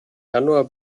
januar